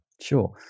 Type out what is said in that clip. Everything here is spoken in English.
Sure